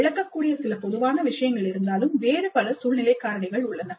விளக்கக்கூடிய சில பொதுவான விஷயங்கள் இருந்தாலும் வேறு பல சூழ்நிலை காரணிகள் உள்ளன